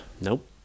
Nope